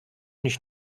nicht